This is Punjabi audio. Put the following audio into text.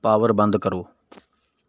ਪਾਵਰ ਬੰਦ ਕਰੋ